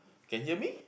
can hear me